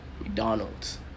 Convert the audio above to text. McDonald's